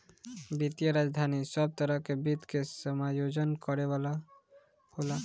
वित्तीय राजधानी सब तरह के वित्त के समायोजन करे वाला होला